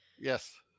Yes